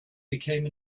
became